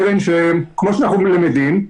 קרן שכמו שאנחנו למדים,